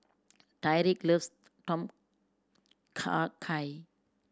Tyrik loves Tom Kha Gai